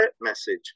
message